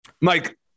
Mike